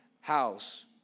house